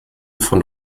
von